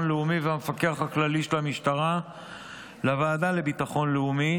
לאומי והמפקח הכללי של המשטרה לוועדה לביטחון לאומי